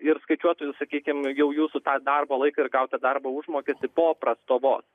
ir skaičiuotų sakykim jau jūsų tą darbo laiką ir gautą darbo užmokestį po prastovos